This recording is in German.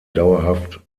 dauerhaft